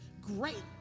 Great